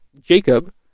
Jacob